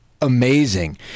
amazing